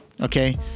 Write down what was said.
Okay